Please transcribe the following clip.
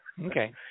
okay